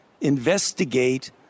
investigate